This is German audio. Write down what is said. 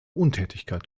untätigkeit